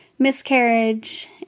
miscarriage